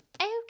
Okay